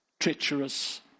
treacherous